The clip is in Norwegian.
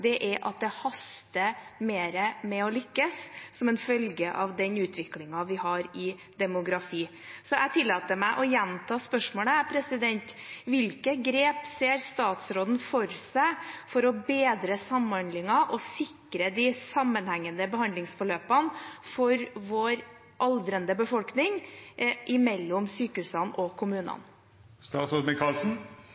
er at det haster mer med å lykkes, som følge av den demografiske utviklingen vi har. Så jeg tillater meg å gjenta spørsmålet: Hvilke grep ser statsråden for seg kan bedre samhandlingen mellom sykehusene og kommunene og sikre de sammenhengende behandlingsforløpene for vår aldrende befolkning? Jeg sa ikke at vi måtte bedre samhandlingen mellom